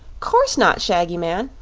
course not, shaggy man.